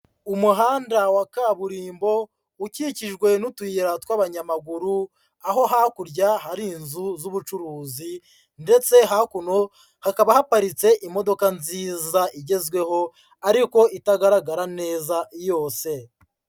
Umuhanda wa kaburimbo ukikijwe n'utuyira tw'abanyamaguru, aho hakurya hari inzu z'ubucuruzi ndetse hakuno hakaba haparitse imodoka nziza igezweho ariko itagaragara neza yose.